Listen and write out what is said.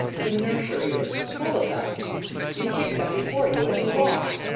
the nursery is full of them you kick them before you as you walk.